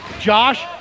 Josh